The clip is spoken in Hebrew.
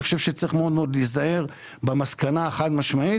אני חושב שצריך מאוד מאוד להיזהר במסקנה החד משמעית